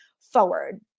forward